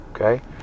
okay